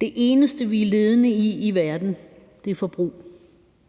Det eneste, vi er ledende i i verden, er forbrug,